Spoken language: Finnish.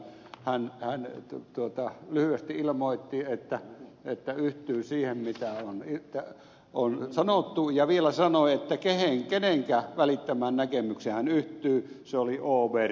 hän lyhyesti ilmoitti että yhtyy siihen mitä on sanottu ja vielä sanoi kenenkä välittämään näkemykseen yhtye soli hoover